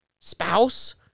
spouse